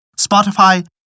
Spotify